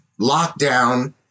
lockdown